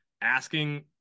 asking